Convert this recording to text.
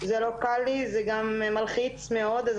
זה לא קל לי וגם מלחיץ מאוד.